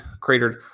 cratered